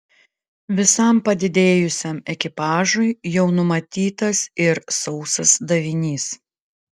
visam padidėjusiam ekipažui jau numatytas ir sausas davinys